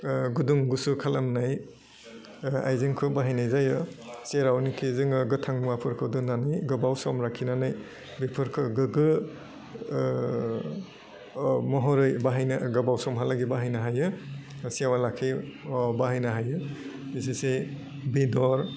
ओह गुदुं दुसु खालामनाय ओह आइजेंखौ बाहायनाय जायो जेरावनेखि जोङो गोथां मुवाफोरखौ दोननानै गोबाव सम लाखिनानै बेफोरखौ गोगो ओह अह महरै बाहायनो गोबाव समहालागि बाहायनो हायो सेवालाखि अह बाहायनो हायो जिसेसे बेदर